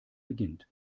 beginnt